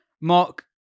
Mark